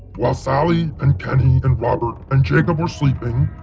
while sally and kenny and robert and jacob were sleeping,